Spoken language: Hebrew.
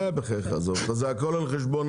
בחייך עזוב, זה הכל על חשבון